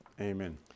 Amen